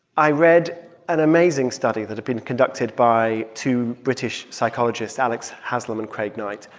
i read an amazing study that had been conducted by two british psychologists, alex haslam and craig knight.